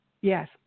Yes